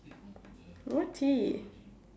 what